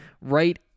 right